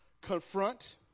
confront